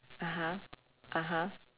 (uh huh) (uh huh)